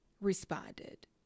responded